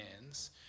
hands